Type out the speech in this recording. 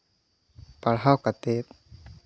ᱯᱟᱲᱦᱟᱣ ᱠᱟᱛᱮ